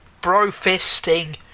bro-fisting